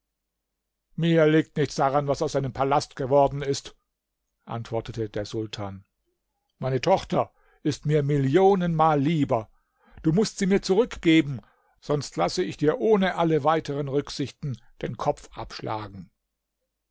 mir liegt nichts daran was aus deinem palast geworden ist antwortete der sultan meine tochter ist mir millionenmal lieber du mußt sie mir zurückgeben sonst lasse ich dir ohne alle weiteren rücksichten den kopf abschlagen